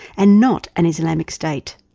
and not an islamic state.